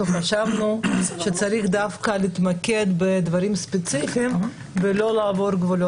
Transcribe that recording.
אנחנו חשבנו שצריך דווקא להתמקד בדברים ספציפיים ולא לעבור גבולות גזרה.